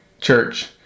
church